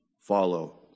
follow